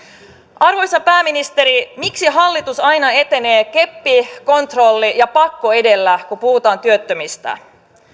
arvoisa pääministeri miksi hallitus aina etenee keppi kontrolli ja pakko edellä kun puhutaan työttömistä